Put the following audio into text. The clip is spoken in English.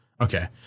Okay